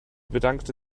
bedankte